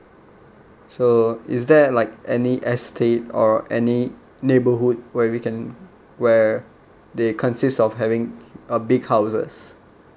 so is there like any estate or any neighborhood where we can where they consist of having a big houses